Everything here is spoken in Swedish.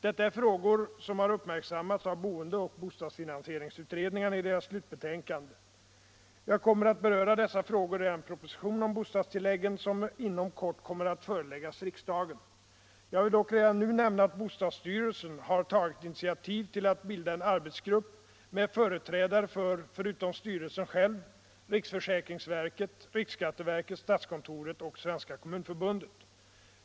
Detta är frågor som har uppmärksammats av boendeoch bostadsfinansieringsutredningarna i deras slutbetänkande. Jag kommer att beröra dessa frågor i den proposition om bostadstilläggen som inom kort kommer att föreläggas riksdagen. Jag vill dock redan nu nämna att bostadsstyrelsen har tagit initiativ till att bilda en arbetsgrupp med företrädare för, förutom styrelsen själv, riksförsäkringsverket, riksskatteverket, statskontoret och Svenska kommunförbundet.